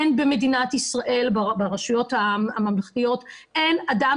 אין במדינת ישראל ברשויות הממלכתיות אדם